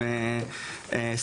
תיכוניסטים,